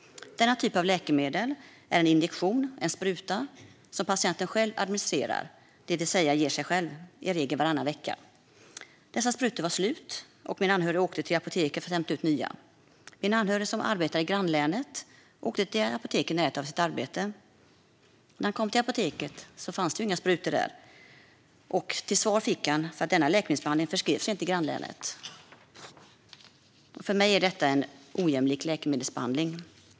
Denna typ av läkemedel är en injektion, en spruta, som patienten själv administrerar, det vill säga ger sig själv, i regel varannan vecka. Dessa sprutor var slut, och min anhörige åkte till apoteket för att hämta ut nya. Min anhörige, som arbetar i grannlänet, åkte till ett apotek i närheten av sitt arbete. När han kom till apoteket fanns det inga sprutor där. Till svar fick han att denna läkemedelsbehandling inte förskrevs i grannlänet. För mig är detta en ojämlik läkemedelsbehandling.